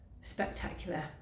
spectacular